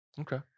Okay